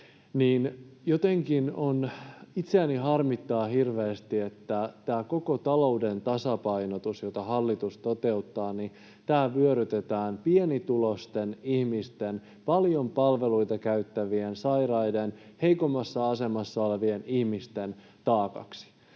jotenkin itseäni harmittaa hirveästi, että tämä koko talouden tasapainotus, jota hallitus toteuttaa, vyörytetään pienituloisten, paljon palveluita käyttävien, sairaiden, heikoimmassa asemassa olevien ihmisten taakaksi,